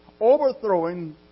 overthrowing